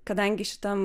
kadangi šitam